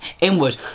inwards